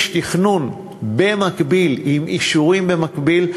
יש תכנון במקביל, עם אישורים במקביל.